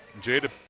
Jada